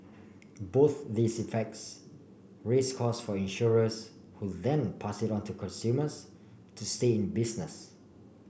both these effects raise costs for insurers who then pass it on to consumers to stay in business